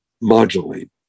modulate